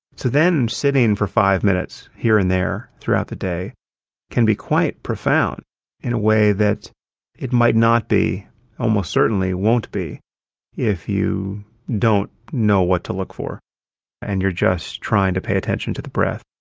so then sitting for five minutes here and there throughout the day can be quite profound in a way that it might not be almost certainly won't be if you don't know what to look for and you're just trying to pay attention to the breath.